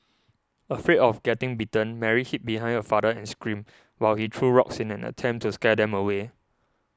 afraid of getting bitten Mary hid behind her father and screamed while he threw rocks in an attempt to scare them away